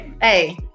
Hey